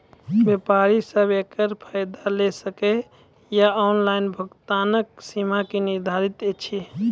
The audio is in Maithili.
व्यापारी सब एकरऽ फायदा ले सकै ये? ऑनलाइन भुगतानक सीमा की निर्धारित ऐछि?